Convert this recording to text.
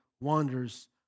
wanders